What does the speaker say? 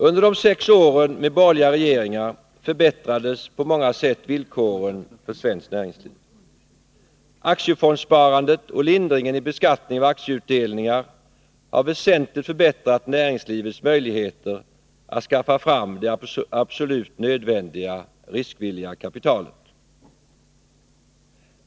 Under de sex åren med borgerliga regeringar förbättrades på många sätt villkoren för svenskt näringsliv. Aktiefondssparandet och lindringen i beskattningen av aktieutdelningar har väsentligt förbättrat näringslivets möjligheter att skaffa fram det absolut nödvändiga riskvilliga kapitalet.